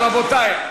רבותי,